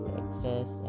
access